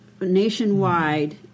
nationwide